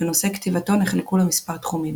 ונושאי כתיבתו נחלקו למספר תחומים